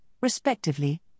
respectively